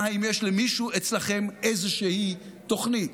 ואז מה, מה התוכנית?